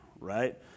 Right